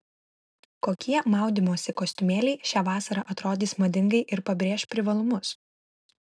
kokie maudymosi kostiumėliai šią vasarą atrodys madingai ir pabrėš privalumus